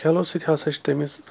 کَھیلو سۭتۍ ہَسا چھِ تٔمِس